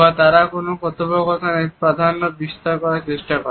বা তারা কোন কথোপকথনে প্রাধান্য বিস্তার করার চেষ্টা করে